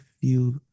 feel